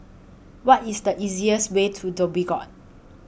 What IS The easiest Way to Dhoby Ghaut